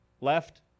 left